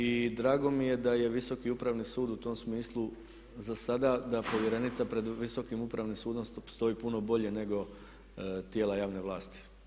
I drago mi je da je Visoki upravni sud u tom smislu zasada da povjerenica pred Visokim upravnim sudom stoji puno bolje nego tijela javne vlasti.